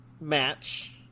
match